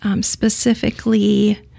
specifically